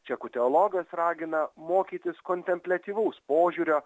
čekų teologas ragina mokytis kontempliatyvaus požiūrio